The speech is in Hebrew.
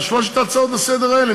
על שלוש ההצעות לסדר-היום האלה,